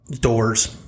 Doors